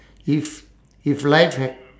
if if life have